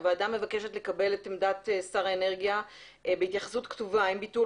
הוועדה מבקשת לקבל את עמדת שר האנרגיה בהתייחסות כתובה האם ביטול